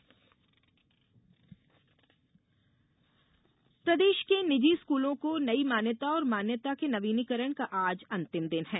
school मान्यता प्रदेश के निजी स्कूलों को नई मान्यता और मान्यता के नवीनीकरण का आज अंतिम दिन है